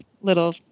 little